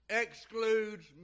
excludes